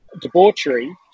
debauchery